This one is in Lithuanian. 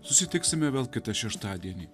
susitiksime vėl kitą šeštadienį